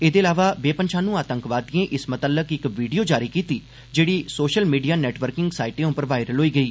एह्दे अलावा बेपन्छानू आतंकवादिएं इस मतल्लक इक वीडियो जारी कीती जेह्दी सोषल मीडिया नेटवर्किंग साईटें उप्पर वायरल होई गेई